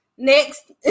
Next